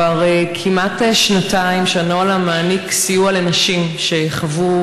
כבר כמעט שנתיים שהנוהל המעניק סיוע לנשים שחוו